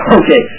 okay